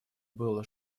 было